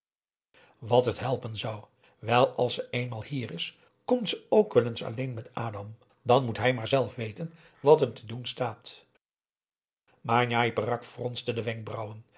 wat het helpen zou wel als ze eenmaal hier is komt ze ook wel eens alleen met adam dan moet hij maar zelf weten wat hem te doen staat maar njai peraq fronste de wenkbrauwen